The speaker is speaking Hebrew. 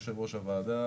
יושב-ראש הוועדה,